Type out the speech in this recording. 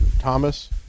Thomas